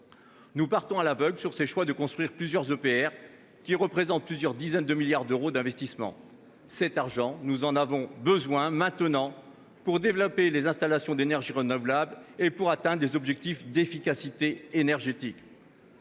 Nous avançons à l'aveugle s'agissant de ce choix de construire plusieurs EPR, qui représentent plusieurs dizaines de milliards d'euros d'investissements. Cet argent, nous en avons besoin, maintenant, pour développer les installations d'énergies renouvelables et pour atteindre les objectifs d'efficacité énergétique,